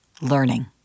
learning